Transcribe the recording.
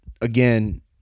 again